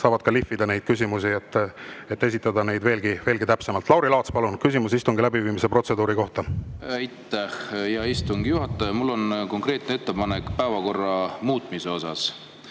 esitada, saavad neid küsimusi lihvida, et esitada neid veel täpsemalt. Lauri Laats, palun, küsimus istungi läbiviimise protseduuri kohta! Aitäh, hea istungi juhataja! Mul on konkreetne ettepanek päevakorra muutmise kohta.